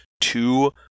two